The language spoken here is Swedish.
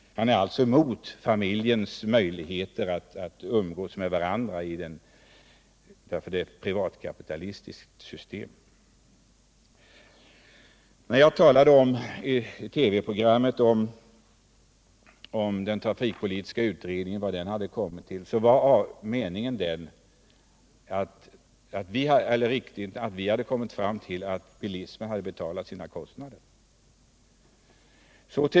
Han är alltså emot familjens möjligheter att umgås med varandra därför att bilismen är ett privatkapitalistiskt system. När jag i TV-programmet talade om den trafikpolitiska utredningen, så var det riktigt när jag sade att vi hade kommit fram till att bilismen betalar sina kostnader.